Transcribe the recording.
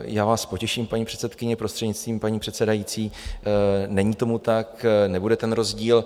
Já vás potěším, paní předsedkyně, prostřednictvím paní předsedající, není tomu tak, nebude ten rozdíl.